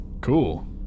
Cool